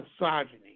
misogyny